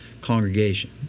congregation